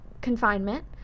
confinement